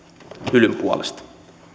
hylyn puolesta